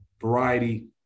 variety